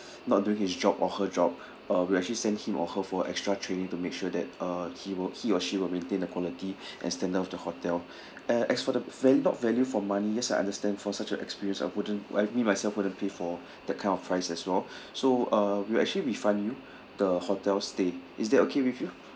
not doing his job or her job uh we'll actually send him or her for extra training to make sure that uh he will he or she will maintain the quality and standard of the hotel and as for the va~ not value for money yes I understand for such a experience I wouldn't I me myself wouldn't pay for that kind of price as well so uh we'll actually refund you the hotel stay is that okay with you